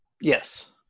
Yes